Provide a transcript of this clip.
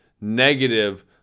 negative